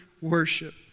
worship